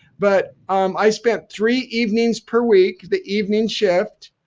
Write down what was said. but um i spent three evenings per week, the evening shift,